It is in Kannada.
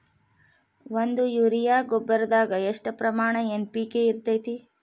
ಒಂದು ಯೂರಿಯಾ ಗೊಬ್ಬರದಾಗ್ ಎಷ್ಟ ಪ್ರಮಾಣ ಎನ್.ಪಿ.ಕೆ ಇರತೇತಿ?